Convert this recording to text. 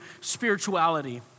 spirituality